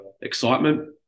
excitement